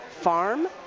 Farm